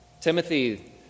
Timothy